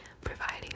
providing